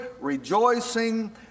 rejoicing